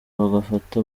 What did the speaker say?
bagafata